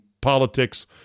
politics